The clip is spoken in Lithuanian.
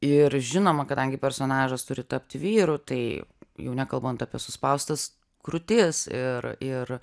ir žinoma kadangi personažas turi tapti vyru tai jau nekalbant apie suspaustas krūtis ir ir